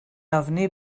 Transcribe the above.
ofni